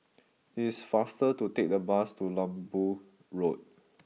it is faster to take the bus to Lembu Road